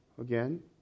again